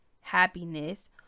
happiness